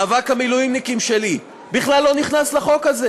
מאבק המילואימניקים שלי בכלל לא נכנס לחוק הזה.